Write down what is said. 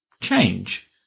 change